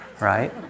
right